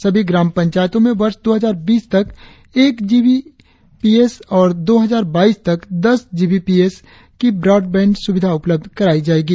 सभी ग्राम पंचायतों में वर्ष दो हजार बीस तक एक जीबीपीएस और दो हजार बाईस तक दस जीबीपीएस की ब्रॉड बैंड सुविधा उपलब्ध कराई जायेगी